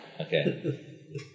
Okay